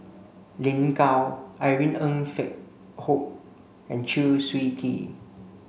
Lin Gao Irene Ng Phek Hoong and Chew Swee Kee